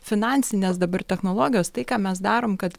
finansinės dabar technologijos tai ką mes darom kad